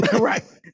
Right